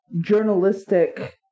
journalistic